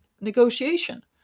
negotiation